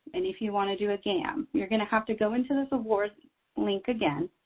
and if you want to do a gam, you're going to have to go into this award link again,